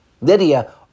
Lydia